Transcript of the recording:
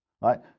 right